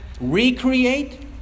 recreate